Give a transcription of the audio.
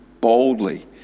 boldly